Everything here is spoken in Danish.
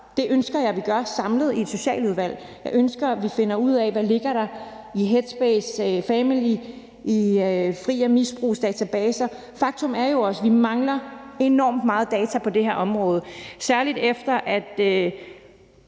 Det ønsker jeg at vi gør samlet i Socialudvalget. Jeg ønsker, at vi finder ud af, hvad der ligger i headspace Familys, i Fri af Misbrugs databaser. Faktum er jo også, at vi mangler enormt meget data på det her område, særlig efter at